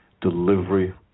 Delivery